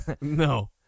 No